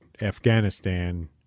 Afghanistan